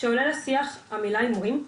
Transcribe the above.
כשעולה לשיח המילה להימורים,